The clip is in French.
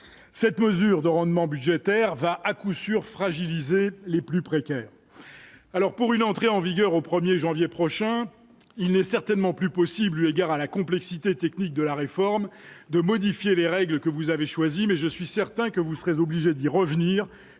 cette mesure de rendement budgétaire va à coup sûr fragilisé les plus précaires, alors pour une entrée en vigueur au 1er janvier prochain il n'est certainement plus possible, eu égard à la complexité technique de la réforme de modifier les règles que vous avez choisi, mais je suis certain que vous serez obligés d'y revenir